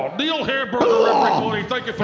um neil hamburger thank